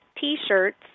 t-shirts